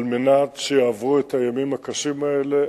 על מנת שיעברו את הימים הקשים האלה.